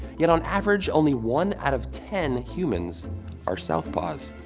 yet on average, only one out of ten humans are southpaws.